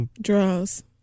Draws